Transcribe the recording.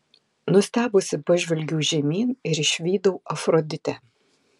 nustebusi pažvelgiau žemyn ir išvydau afroditę